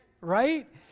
right